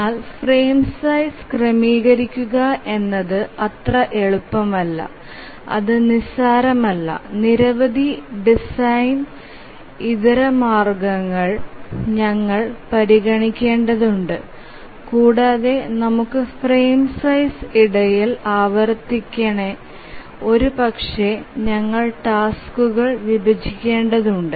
എന്നാൽ frame size ക്രമീകരിക്കുക എന്നത് അത്ര എളുപ്പമല്ല അത് നിസ്സാരമല്ല നിരവധി ഡിസൈൻ ഇതരമാർഗങ്ങൾ ഞങ്ങൾ പരിഗണിക്കേണ്ടതുണ്ട് കൂടാതെ നമുക്ക് ഫ്രെയിം സൈസ് ഇടയിൽ ആവർത്തിക്കേണ ഒരുപക്ഷേ ഞങ്ങൾ ടാസ്ക്കുകൾ വിഭജിക്കേണ്ടതുണ്ട്